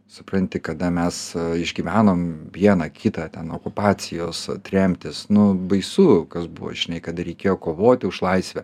supranti kada mes išgyvenom vieną kitą ten okupacijos tremtys nu baisu kas buvo žinai kada reikėjo kovoti už laisvę